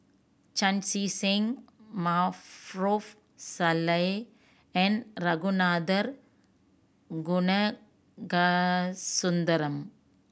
Chan Chee Seng Maarof Salleh and Ragunathar Kanagasuntheram